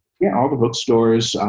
yeah all the bookstores.